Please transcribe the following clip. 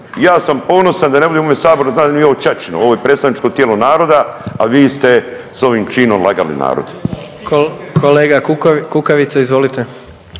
Ja sam ponosan da ne budem u ovome saboru, znam da nije ovo ćaćino, ovo je predstavničko tijelo naroda, a vi ste s ovim činom lagali narod. **Jandroković, Gordan